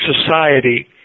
society